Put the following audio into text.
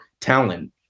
talent